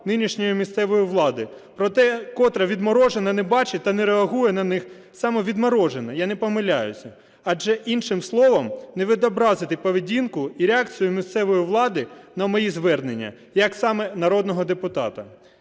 нинішньої місцевої влади, проте вкотре відморожено не бачить та не реагує на них. Саме відморожено, я не помиляюсь, адже іншим словом не відобразити поведінку і реакцію місцевої влади на мої звернення як саме народного депутата.